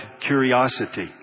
curiosity